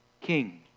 king